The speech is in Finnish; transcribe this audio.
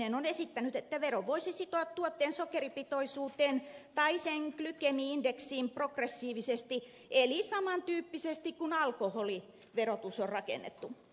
keskinen on esittänyt että veron voisi sitoa tuotteen sokeripitoisuuteen tai sen glykemiaindeksiin progressiivisesti eli samantyyppisesti kuin alkoholiverotus on rakennettu